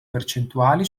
percentuali